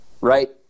right